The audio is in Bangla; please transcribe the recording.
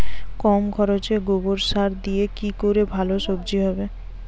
কম খরচে গোবর সার দিয়ে কি করে ভালো সবজি হবে?